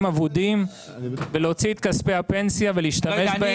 אבודים ולהוציא את כספי הפנסיה ולהשתמש בהם.